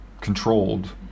controlled